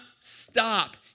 stop